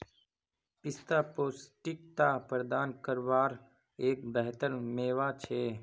पिस्ता पौष्टिकता प्रदान कारवार एक बेहतर मेवा छे